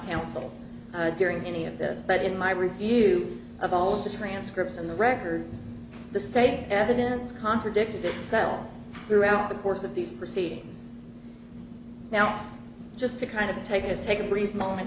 counsel during any of this but in my review of all of the transcripts in the record the state evidence contradicted itself throughout the course of these proceedings now just to kind of take it take a brief moment